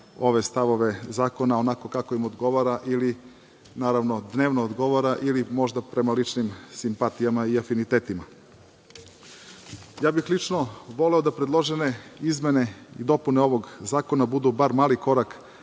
ove stavove zakona onako kako im odgovara, ili naravno dnevno odgovara ili možda prema ličnim simpatijama i afinitetima. Ja bih lično voleo da predložene izmene i dopune ovog Zakona budu bar mali korak